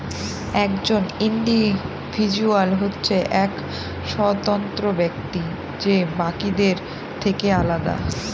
একজন ইন্ডিভিজুয়াল হচ্ছে এক স্বতন্ত্র ব্যক্তি যে বাকিদের থেকে আলাদা